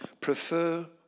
prefer